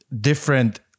different